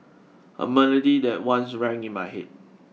a melody that once rang in my head